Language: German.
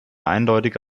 eindeutige